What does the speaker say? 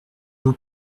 vous